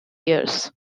years